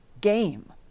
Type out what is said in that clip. game